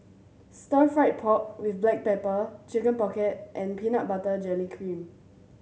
Stir Fried Pork With Black Pepper Chicken Pocket and peanut butter jelly cream